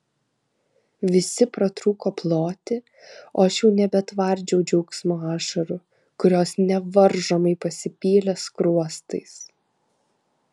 visi pratrūko ploti o aš jau nebetvardžiau džiaugsmo ašarų kurios nevaržomai pasipylė skruostais